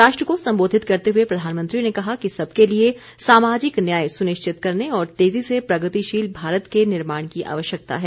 राष्ट्र को संबोधित करते हुए प्रधानमंत्री ने कहा कि सबके लिए सामाजिक न्याय सुनिश्चित करने और तेजी से प्रगतिशील भारत के निर्माण की आवश्यकता है